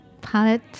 palette